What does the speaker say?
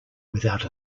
without